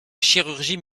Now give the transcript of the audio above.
chirurgie